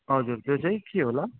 हजुर त्यो चाहिँ के होला